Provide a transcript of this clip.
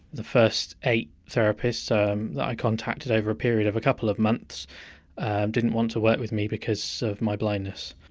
the first eight therapists um that i contacted over a period of a couple of months didn't want to work with me because of my blindness.